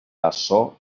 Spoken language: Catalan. açò